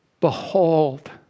Behold